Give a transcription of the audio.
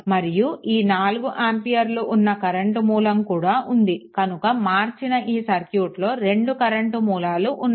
మరియు ఈ 4 ఆంపియర్లు ఉన్న కరెంట్ మూలం కూడా ఉంది కనుక మార్చిన ఈ సర్క్యూట్లో రెండు కరెంట్ మూలాలు ఉన్నాయి